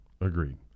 Agreed